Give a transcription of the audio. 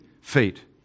feet